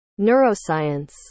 neuroscience